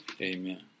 amen